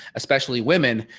especially women,